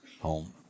home